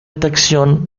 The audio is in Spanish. detección